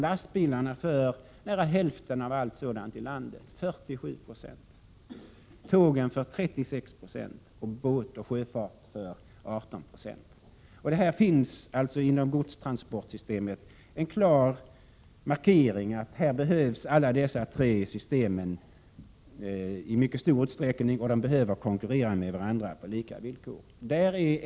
Lastbilarna står för nära hälften av allt godstransportarbete i Sverige — 47 90 —, tågen för 36 26 och båtarna för 18 96. Det finns alltså inom godstransportsystemet en klar markering av att alla dessa tre transportsystem behövs i mycket stor utsträckning och att de behöver konkurrera på lika villkor.